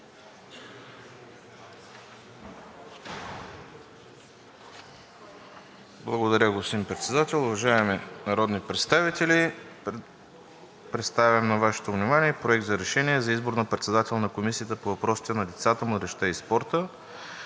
Благодаря, господин Председател. Уважаеми народни представители, представям на Вашето внимание „Проект! РЕШЕНИЕ за избор на председател на Комисията по въпросите на децата, младежта и спорта